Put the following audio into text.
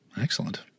Excellent